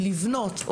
לבנות,